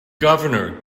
governor